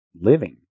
living